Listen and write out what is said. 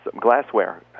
glassware